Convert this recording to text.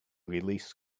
release